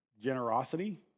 generosity